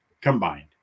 combined